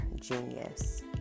genius